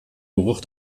geruch